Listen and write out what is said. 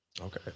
Okay